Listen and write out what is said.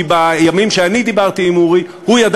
כי בימים שאני דיברתי עם אורי הוא ידע